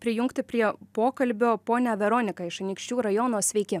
prijungti prie pokalbio ponią veroniką iš anykščių rajono sveiki